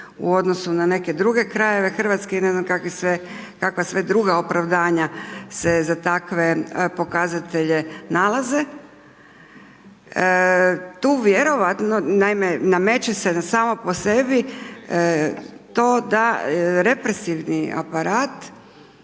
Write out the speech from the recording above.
u odnosu na neke druge krajeve Hrvatske i ne znam kakva sve druga opravdanja se za takve pokazatelje nalaze. Tu vjerojatno, naime, nameće samo po sebi, to da represivni aparat,